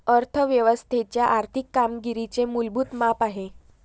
अर्थ व्यवस्थेच्या आर्थिक कामगिरीचे मूलभूत माप आहे